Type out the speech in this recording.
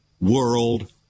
world